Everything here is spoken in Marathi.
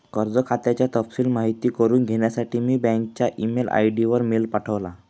कर्ज खात्याचा तपशिल माहित करुन घेण्यासाठी मी बँकच्या ई मेल आय.डी वर मेल पाठवला